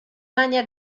magna